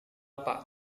pak